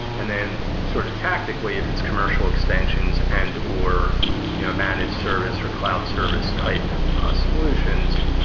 and then sort of tactically, if it's commercial extensions and or you know managed service or cloud service type solutions,